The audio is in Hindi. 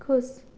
खुश